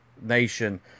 nation